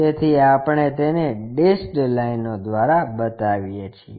તેથી આપણે તેને ડેશ્ડ લાઇનો દ્વારા બતાવીએ છીએ